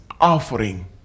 offering